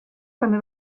també